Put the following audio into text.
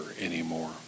anymore